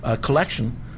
collection